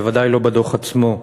בוודאי לא בדוח עצמו.